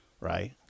right